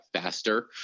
faster